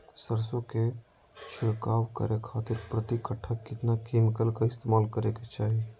सरसों के छिड़काव करे खातिर प्रति कट्ठा कितना केमिकल का इस्तेमाल करे के चाही?